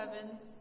heavens